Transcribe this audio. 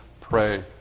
pray